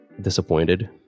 disappointed